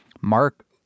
mark